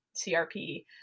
CRP